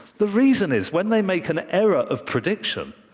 the reason is when they make an error of prediction,